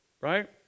right